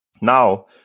Now